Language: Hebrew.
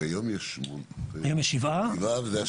כיום יש שבעה וזה השמיני.